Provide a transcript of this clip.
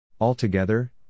Altogether